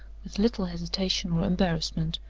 with little hesitation or embarrassment.